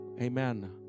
Amen